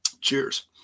cheers